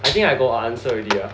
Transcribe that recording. I think I got a answer already ah